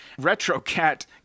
RetroCat